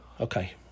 Okay